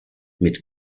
mit